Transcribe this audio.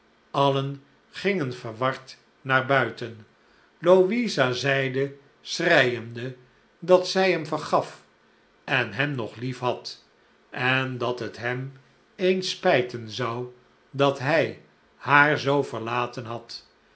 allen gingen verward naar buiten louisa zeide schreiende dat zlj hem vergaf en hem nog liefhad en dat het hem eens spijten zou dat hij haar zoo verlaten had